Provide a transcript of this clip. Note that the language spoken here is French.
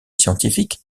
scientifique